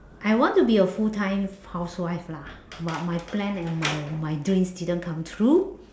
I want to be a full time housewife lah but my plan and my my dreams didn't come true